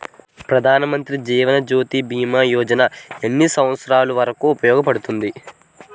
ప్రధాన్ మంత్రి జీవన్ జ్యోతి భీమా యోజన ఎన్ని సంవత్సారాలు వరకు ఉపయోగపడుతుంది?